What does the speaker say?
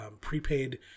prepaid